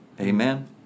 Amen